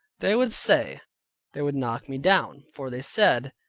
they would say they would knock me down for they said,